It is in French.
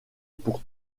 pour